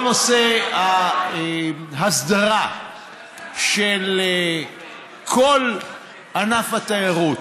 כל ההסדרה של כל ענף התיירות